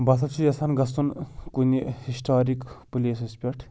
بہٕ ہَسا چھُس یَژھان گژھُن کُنہِ ہِسٹارِک پٕلیسَس پٮ۪ٹھ